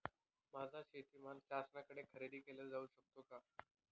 माझा शेतीमाल शासनाकडे खरेदी केला जाऊ शकतो का?